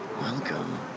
Welcome